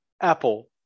Apple